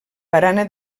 barana